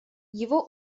его